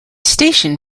station